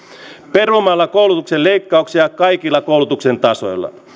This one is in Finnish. perumalla koulutuksen leikkauksia kaikilla koulutuksen tasoilla